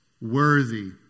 worthy